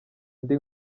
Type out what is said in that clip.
indi